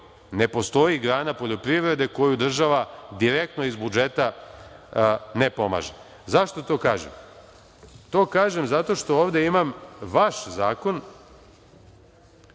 ne postoji grana poljoprivrede koju država direktno iz budžeta ne pomaže.Zašto to kažem? To kažem zato što ovde imam vaš Zakon